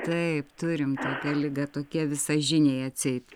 taip turim tokią ligą tokie visažiniai atseit